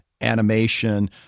animation